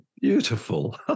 Beautiful